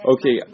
Okay